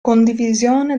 condivisione